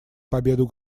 победу